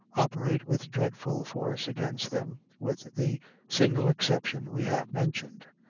operate with dreadful force against them, with the single exception we have mentioned.